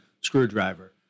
screwdriver